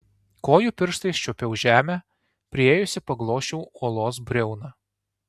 kojų pirštais čiuopiau žemę priėjusi paglosčiau uolos briauną